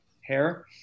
hair